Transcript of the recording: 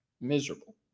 miserable